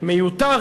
מיותר,